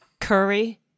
curry